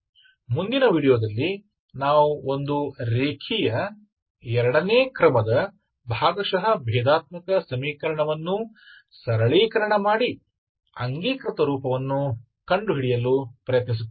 ಮುಂದಿನ ವೀಡಿಯೊದಲ್ಲಿ ನಾವು ಒಂದು ರೇಖೀಯ ಎರಡನೇ ಕ್ರಮದ ಭಾಗಶಃ ಭೇದಾತ್ಮಕ ಸಮೀಕರಣವನ್ನು ಸರಳೀಕರಣ ಮಾಡಿ ಅಂಗೀಕೃತ ರೂಪವನ್ನು ಕಂಡುಹಿಡಿಯಲು ಪ್ರಯತ್ನಿಸುತ್ತೇವೆ